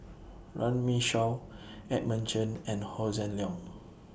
Runme Shaw Edmund Chen and Hossan Leong